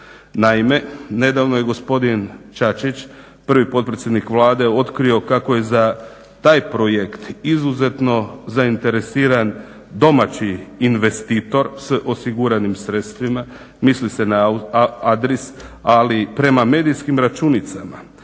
Naime, nedavno je gospodin Čačić prvi potpredsjednik Vlade otkrio kako je za taj projekt izuzetno zainteresiran domaći investitor s osiguranim sredstvima. Misli se na ADRIS, ali prema medijskim računicama